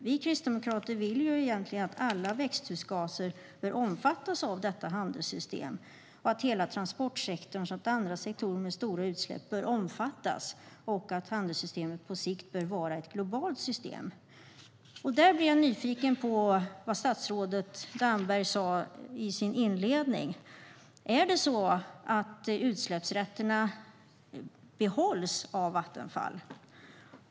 Vi kristdemokrater vill egentligen att alla växthusgaser ska omfattas av detta handelssystem, att hela transportsektorn och andra sektorer med stora utsläpp bör omfattas och att handelssystemet på sikt bör vara ett globalt system. Där blir jag nyfiken på det som statsrådet Damberg sa i sin inledning. Behålls utsläppsrätterna av Vattenfall?